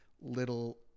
little